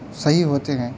صحیح ہوتے ہیں